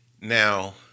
Now